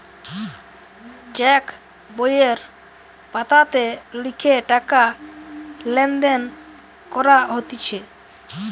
check বইয়ের পাতাতে লিখে টাকা লেনদেন করা হতিছে